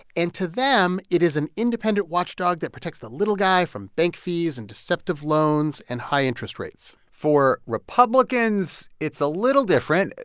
and to them, it is an independent watchdog that protects the little guy from bank fees and deceptive loans and high interest rates for republicans, it's a little different.